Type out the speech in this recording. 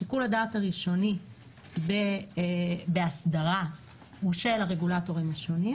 שיקול הדעת הראשוני באסדרה הוא של הרגולטורים השונים.